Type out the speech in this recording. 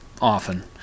often